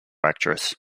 actress